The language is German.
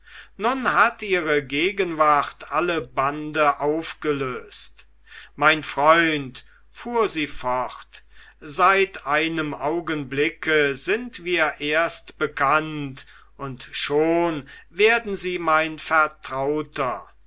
nun hat ihre gegenwart alle bande aufgelöst mein freund fuhr sie fort seit einem augenblicke sind wir erst bekannt und schon werden sie mein vertrauter